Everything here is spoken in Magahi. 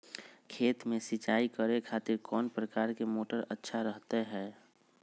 खेत में सिंचाई करे खातिर कौन प्रकार के मोटर अच्छा रहता हय?